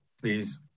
Please